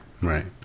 Right